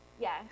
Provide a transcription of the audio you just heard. Yes